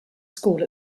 school